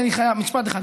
אני חייב משפט אחד,